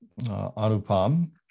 Anupam